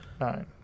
nine